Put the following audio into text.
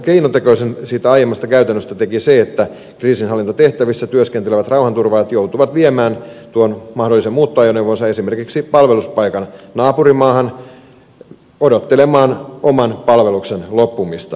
keinotekoisen siitä aiemmasta käytännöstä teki se että kriisinhallintatehtävissä työskentelevät rauhanturvaajat joutuivat viemään tuon mahdollisen muuttoajoneuvonsa esimerkiksi palveluspaikan naapurimaahan odottelemaan oman palveluksen loppumista